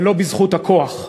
ולא בזכות הכוח.